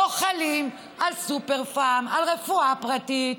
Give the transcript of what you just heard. לא חלים על סופר-פארם, על רפואה פרטית.